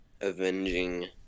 avenging